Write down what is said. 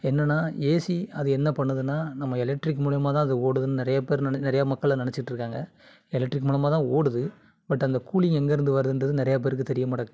என்னென்னா ஏசி அது என்ன பண்ணுதுன்னால் நம்ம எலெட்ரிக் மூலயமா தான் அது ஓடுதுனு நிறையா பேர் நென நிறைய மக்கள் அதை நினைச்சிட்டு இருக்காங்கள் எலெட்ரிக் மூலமாக தான் ஓடுது பட் அந்த கூலிங் எங்கே இருந்து வருதுன்றது நிறையா பேருக்கு தெரிய மாட்டேங்க்கு